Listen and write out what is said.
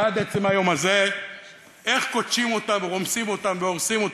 ועד עצם היום הזה איך כותשים אותם ורומסים אותם והורסים אותם.